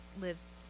lives